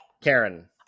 Karen